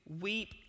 weep